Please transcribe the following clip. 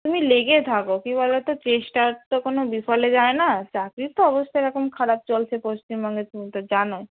তুমি লেগে থাকো কী বলো তো চেষ্টার তো কোনো বিফলে যায় না চাকরির তো অবস্তা এরকম খারাপ চলছে পশ্চিমবঙ্গে তুমি তো জানোই